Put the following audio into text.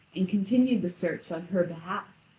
and continued the search on her behalf.